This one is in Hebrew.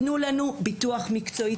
תנו לנו ביטוח מקצועי.